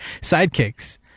sidekicks